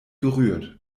gerührt